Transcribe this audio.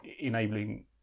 enabling